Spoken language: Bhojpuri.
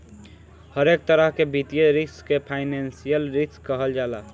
हरेक तरह के वित्तीय रिस्क के फाइनेंशियल रिस्क कहल जाला